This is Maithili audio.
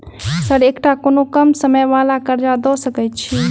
सर एकटा कोनो कम समय वला कर्जा दऽ सकै छी?